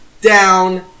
down